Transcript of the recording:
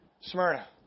Smyrna